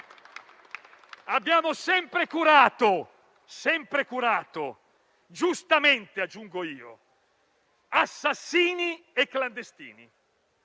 Abbiamo sempre curato - giustamente, aggiungo io - assassini e clandestini